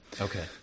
Okay